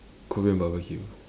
korean barbecue